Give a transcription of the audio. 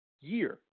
year